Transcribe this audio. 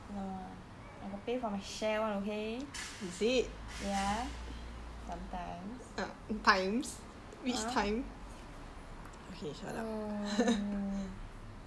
no ah I got pay for my share [one] okay ya sometimes !huh! err